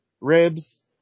ribs